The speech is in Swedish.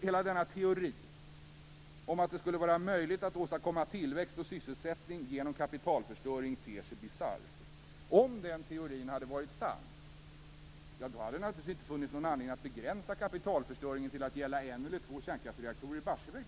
Hela teorin om att det skulle vara möjligt att åstadkomma tillväxt och sysselsättning genom kapitalförstöring ter sig bisarr. Om den teorin hade varit sann hade det naturligtvis inte funnits någon anledning att begränsa kapitalförstöringen till att gälla en eller två kärnkraftsreaktorer i Barsebäck.